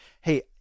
hey